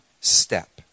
step